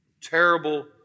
terrible